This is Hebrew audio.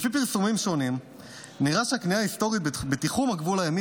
לפי פרסומים שונים נראה שהכניעה ההיסטורית בתיחום הגבול הימי